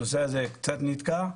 הנושא הזה קצת נתקע,